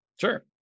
Sure